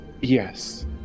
Yes